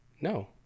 no